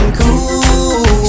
cool